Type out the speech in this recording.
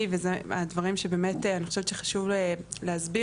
וזה הדברים שבאמת אני חושבת שחשוב להסביר,